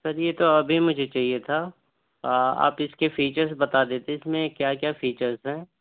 سر یہ تو ابھی مجھے چاہیے تھا آپ اس کے فیچرس بتا دیتے اس میں کیا کیا فیچرس ہیں